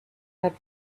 had